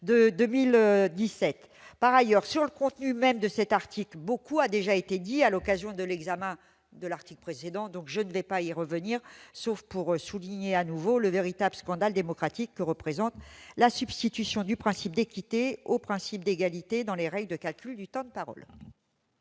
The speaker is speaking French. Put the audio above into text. Par ailleurs, sur le contenu de cet article, beaucoup a déjà été dit à l'occasion de l'examen de l'article précédent. Je n'y reviendrai pas, sauf pour souligner à nouveau le véritable scandale démocratique que représente la substitution du principe d'équité au principe d'égalité dans les règles de calcul du temps de parole.